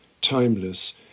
timeless